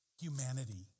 humanity